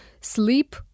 sleep